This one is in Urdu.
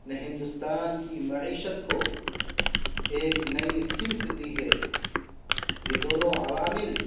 نے ہندوستان کی معیشت کو ایک نئی سمت دی ہے یہ دونوں عوامل